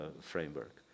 framework